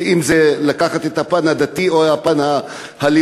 אם זה לקחת את הפן הדתי או הפן הלאומי?